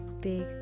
big